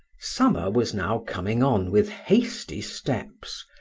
summer was now coming on with hasty steps,